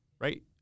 right